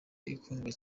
ikundwa